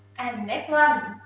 and next one,